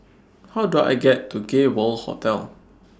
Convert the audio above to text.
How Do I get to Gay World Hotel